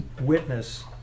witness